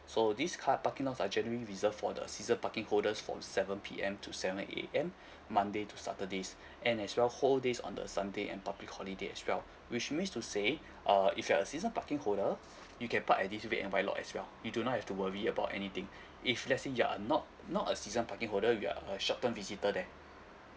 so this car parking lots are generally reserved for the season parking holders from seven P_M to seven A_M monday to saturdays and as well whole day's on the sunday and public holiday as well which means to say uh if you are a season parking holder you can park at this red and white lot as well you do not have to worry about anything if let's say you are not not a season parking holder you are a short term visitor there